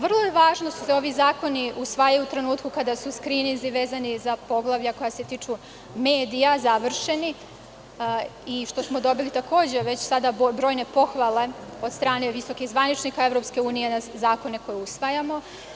Vrlo je važno što se ovi zakoni usvajaju u trenutku kada su skrininzi vezani za poglavlja koja se tiču medija završeni i što smo dobili, takođe, već sada brojne pohvale od strane visokih zvaničnika EU na zakone koje usvajamo.